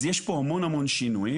אז יש פה המון המון שינויים.